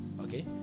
Okay